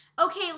Okay